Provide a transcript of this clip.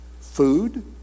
food